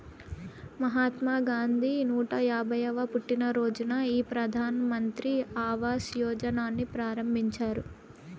మహాత్మా గాంధీ నూట యాభైయ్యవ పుట్టినరోజున ఈ ప్రధాన్ మంత్రి ఆవాస్ యోజనని ప్రారంభించారు